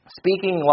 speaking